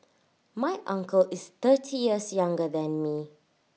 my uncle is thirty years younger than me